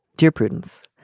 dear prudence.